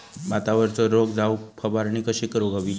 भातावरचो रोग जाऊक फवारणी कशी करूक हवी?